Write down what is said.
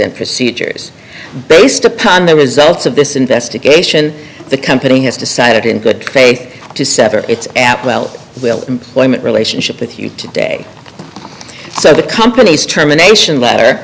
and procedures based upon there was lots of this investigation the company has decided in good faith to sever its app well employment relationship with you today so the company's terminations letter